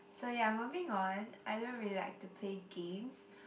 so yeah moving on I don't really like to play games